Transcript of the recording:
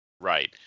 Right